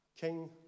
King